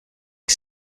que